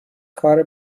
کار